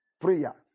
prayer